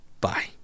Bye